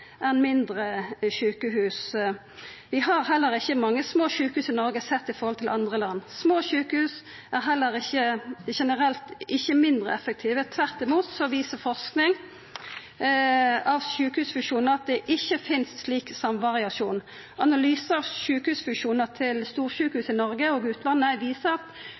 sjukehus. Vi har heller ikkje mange små sjukehus i Noreg sett i høve til andre land. Små sjukehus er generelt ikkje mindre effektive. Tvert om viser forsking når det gjeld sjukehusfusjonar at det ikkje finst slik samvariasjon. Analysar av sjukehusfusjonar til storsjukehus i Noreg og utlandet viser at